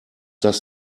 das